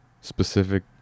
specific